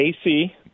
AC